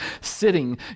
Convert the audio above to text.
sitting